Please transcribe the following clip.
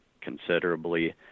considerably